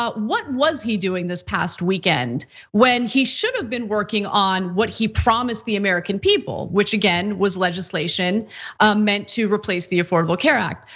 ah what was he doing this past weekend when he should have been working on what he promised the american people? which again was legislation meant to replace the affordable care act.